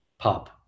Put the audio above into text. Pop